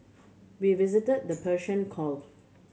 we visited the Persian Gulf